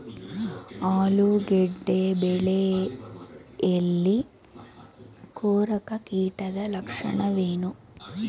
ಆಲೂಗೆಡ್ಡೆ ಬೆಳೆಯಲ್ಲಿ ಕೊರಕ ಕೀಟದ ಲಕ್ಷಣವೇನು?